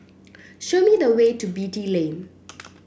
show me the way to Beatty Lane